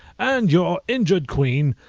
and your injured queen,